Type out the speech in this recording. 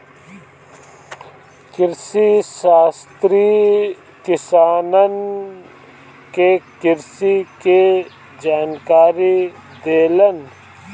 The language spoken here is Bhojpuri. कृषिशास्त्री किसानन के कृषि के जानकारी देलन